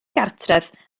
gartref